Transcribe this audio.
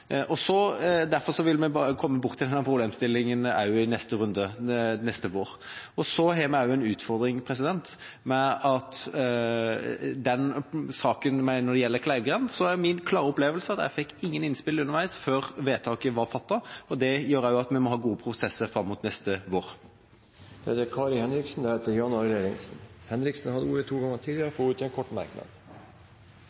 vil vi komme borti den problemstillingen også i neste runde, neste vår. Så har vi også en utfordring i den saken når det gjelder Kleivgrend: Der er min klare opplevelse at jeg ikke fikk noen innspill underveis før vedtaket var fattet, og det gjør også at vi må ha gode prosesser fram mot neste vår. Representanten Kari Henriksen har hatt ordet to ganger tidligere og får ordet til en kort merknad,